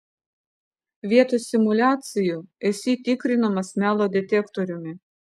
vietoj simuliacijų esi tikrinamas melo detektoriumi